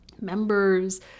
members